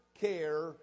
care